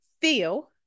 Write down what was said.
feel